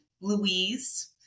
Louise